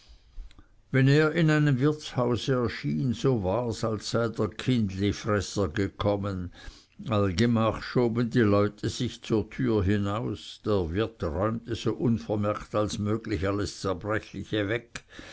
wenn er in einem wirtshause erschien so wars als sei der kindlifresser gekommen allgemach schoben die leute sich zur türe hinaus der wirt räumte so unvermerkt als möglich alles zerbrechliche weg